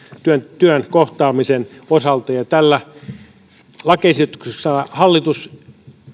työn työn kohtaamisen osalta ja tällä lakiesityksellä hallitus